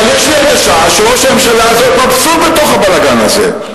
אבל יש לי הרגשה שראש הממשלה הזה עוד מבסוט בתוך הבלגן הזה.